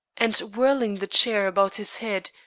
and whirling the chair about his head,